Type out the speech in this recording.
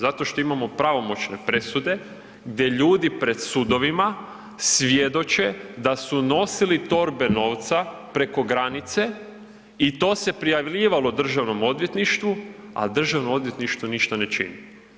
Zato što imamo pravomoćne presude gdje ljudi pred sudovima svjedoče da su nosili torbe novca preko granice i to se prijavljivalo Državnom odvjetništvu, a Državno odvjetništvo ništa ne čini.